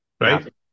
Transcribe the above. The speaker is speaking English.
right